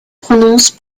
prononce